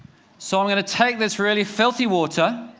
so i'm going to take this really filthy water,